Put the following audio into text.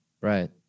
right